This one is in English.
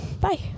bye